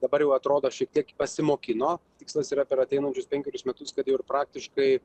dabar jau atrodo šiek tiek pasimokino tikslas yra per ateinančius penkerius metus kad ir praktiškai